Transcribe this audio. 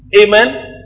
Amen